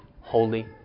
holy